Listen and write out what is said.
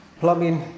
plumbing